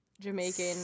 Jamaican